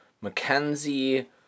Mackenzie